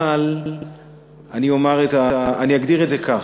אבל אני אגדיר את זה כך: